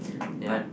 ya